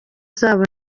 zabo